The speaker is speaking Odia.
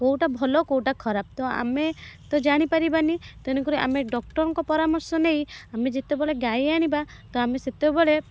କେଉଁଟା ଭଲ କେଉଁଟା ଖରାପ ତ ଆମେ ତ ଜାଣିପାରିବାନି ତେଣୁକରି ଆମେ ଡାକ୍ତରଙ୍କ ପରାମର୍ଶ ନେଇ ଆମେ ଯେତେବେଳେ ଗାଈ ଆଣିବା ତ ଆମେ ସେତେବେଳେ